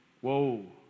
Whoa